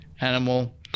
animal